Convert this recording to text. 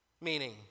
Meaning